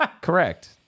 Correct